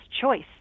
choice